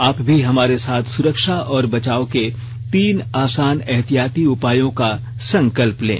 आप भी हमारे साथ सुरक्षा और बचाव के तीन आसान एहतियाती उपायों का संकल्प लें